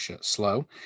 slow